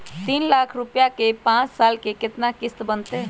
तीन लाख रुपया के पाँच साल के केतना किस्त बनतै?